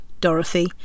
Dorothy